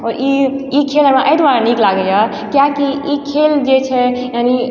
आओर ई ई खेल हमरा एहि दुआरे नीक लागैए किएकि ई खेल जे छै यानि